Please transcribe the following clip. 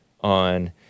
on